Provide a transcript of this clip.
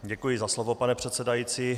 Děkuji za slovo, pane předsedající.